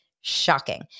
shocking